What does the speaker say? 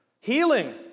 Healing